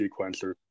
sequencer